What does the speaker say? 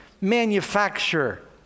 manufacture